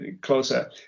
closer